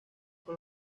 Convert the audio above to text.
con